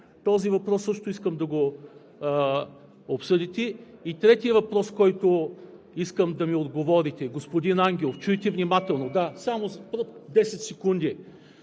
Този въпрос също искам да го обсъдите. И третият въпрос, на който искам да ми отговорите, господин Ангелов, чуйте внимателно. (Председателят